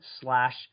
slash